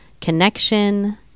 connection